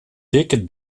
dikke